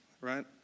right